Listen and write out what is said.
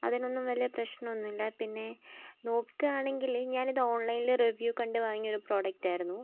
അതിനൊന്നും വലിയ പ്രശ്നം ഒന്നുമില്ല പിന്നെ നോക്കുകാണെങ്കിൽ ഞാനിത് ഓൺലൈനിൽ റീവ്യൂ കണ്ട് വാങ്ങിയ ഒരു പ്രോഡക്റ്റ് ആയിരുന്നു